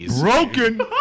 Broken